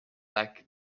like